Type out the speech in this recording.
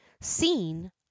seen